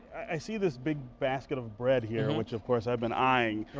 i see this big basket of bread here which of course i've been eyeing.